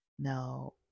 Now